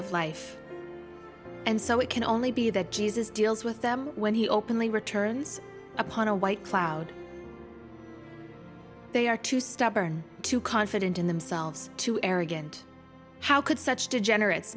of life and so it can only be that jesus deals with them when he openly returns upon a white cloud they are too stubborn too confident in themselves too arrogant how could such degenerates